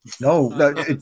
No